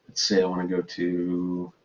say i want to go to